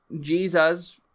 Jesus